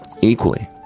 equally